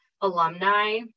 alumni